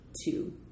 two